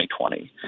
2020